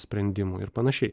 sprendimų ir pan